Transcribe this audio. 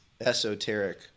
esoteric